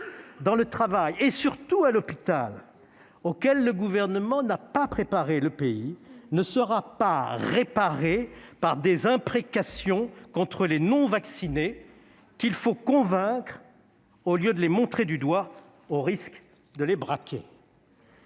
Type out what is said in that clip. dans le travail et, surtout, à l'hôpital, auquel le Gouvernement n'a pas préparé le pays, ne sera pas réparé par des imprécations contre les non-vaccinés, qu'il faut convaincre au lieu de les montrer du doigt, au risque de les braquer